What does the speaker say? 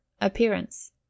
Appearance